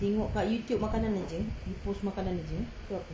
tengok kat youtube makanan aje post makanan jer ke apa